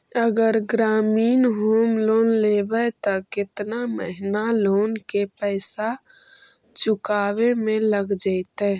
अगर ग्रामीण home loan लेबै त केतना महिना लोन के पैसा चुकावे में लग जैतै?